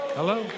Hello